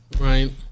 Right